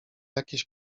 jakieś